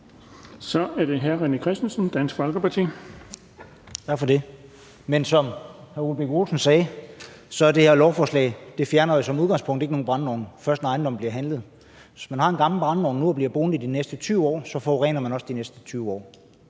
Kl. 13:23 René Christensen (DF): Tak for det. Men som hr. Ole Birk Olesen sagde, fjerner det her lovforslag som udgangspunkt ikke nogen brændeovne, først når ejendommen bliver handlet. Så hvis man har en gammel brændeovn nu og bliver boende i de næste 20 år, forurener man også de næste 20 år.